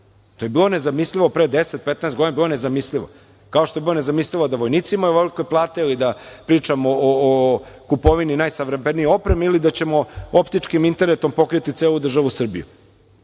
To je bilo nezamislivo pre deset, 15 godina, kao što je bilo nezamislivo da vojnici imaju ovolike plate ili da pričamo o kupovini najsavremenije opreme ili da ćemo optičkim internetom pokriti celu državu Srbiju.